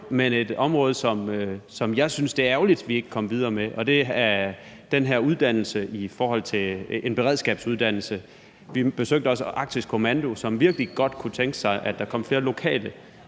er et område, som jeg synes det er ærgerligt at vi ikke kom videre med, og det er den her beredskabsuddannelse. Vi besøgte også Arktisk Kommando, som virkelig godt kunne tænke sig, at der kom flere lokale